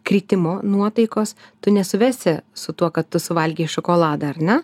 kritimo nuotaikos tu nesuvesi su tuo kad tu suvalgei šokoladą ar ne